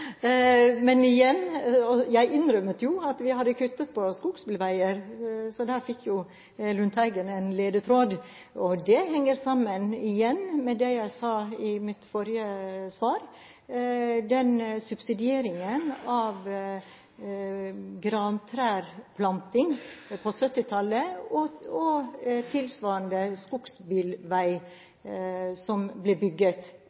men igjen: Jeg innrømmet jo at vi hadde kuttet på skogsbilveier, så der fikk jo Lundteigen en ledetråd. Det henger igjen sammen med det jeg sa i mitt forrige svar: Subsidieringen på 1970-tallet av grantreplanting og bygging av skogsbilveier mener vi var feil av regjeringen. Om det skal skje, kan det sikkert skje på